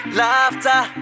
laughter